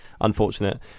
unfortunate